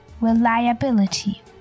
Reliability